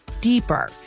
deeper